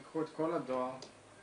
תיקחו את כל הדואר שמגיע,